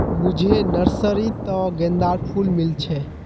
मुझे नर्सरी त गेंदार फूल मिल छे